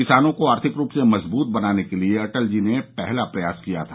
किसानों को आर्थिक रूप से मजबूत बनाने के लिए अटल जी ने पहला प्रयास किया था